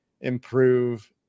improve